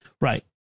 Right